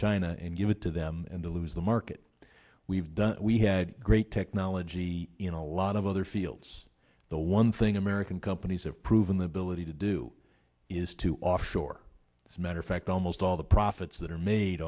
china and give it to them and to lose the market we've done we had great technology in a lot of other fields the one thing american companies have proven the ability to do is to offshore it's a matter of fact almost all the profits that are made